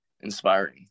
inspiring